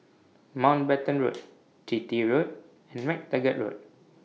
Mountbatten Road Chitty Road and MacTaggart Road